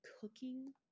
cooking